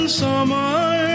summer